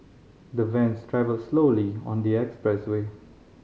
the vans travelled slowly on the expressway